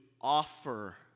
offer